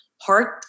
heart